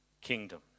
kingdom